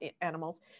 animals